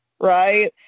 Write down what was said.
right